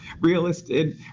realistic